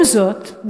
ועם זאת,